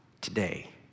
Today